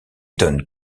donne